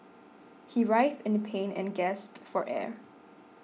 he writhed in pain and gasped for air